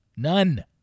None